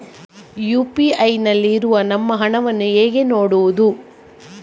UPI ನಲ್ಲಿ ಇರುವ ನಮ್ಮ ಹಣವನ್ನು ಹೇಗೆ ನೋಡುವುದು?